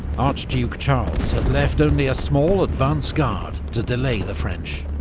archduke charles had left only a small advance guard to delay the french.